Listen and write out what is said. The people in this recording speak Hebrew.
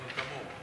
אני כמוהו.